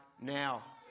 now